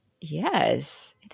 Yes